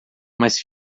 mas